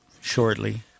shortly